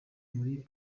muri